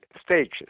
stages